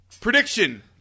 Prediction